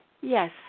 yes